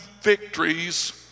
victories